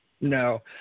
No